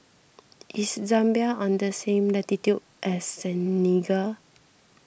is Zambia on the same latitude as Senegal